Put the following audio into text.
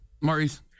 Maurice